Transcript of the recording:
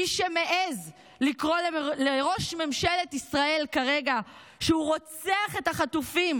מי שמעז לומר על ראש ממשלת ישראל כרגע שהוא רוצח את החטופים,